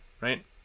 right